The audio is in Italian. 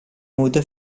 hood